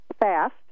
fast